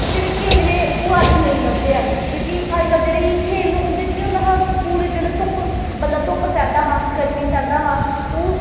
ओह् जेह्डे खेल हे ओह् अज्ज नेईं लभदे हैन क्योंकि अजकल जेह्ड़े खेल ना उं'दे च केह् होंदा हा पूरे जेल्लै धुप्प होंदी ही गर्मी सैह्ंदा हा ते